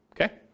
Okay